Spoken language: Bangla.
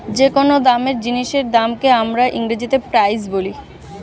যে কোন জিনিসের দামকে আমরা ইংরেজিতে প্রাইস বলি